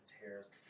tears